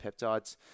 Peptides